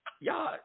y'all